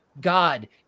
god